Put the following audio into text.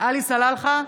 עלי סלאלחה,